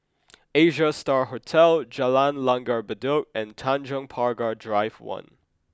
Asia Star Hotel Jalan Langgar Bedok and Tanjong Pagar Drive One